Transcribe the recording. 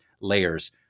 layers